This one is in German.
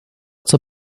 zur